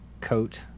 coat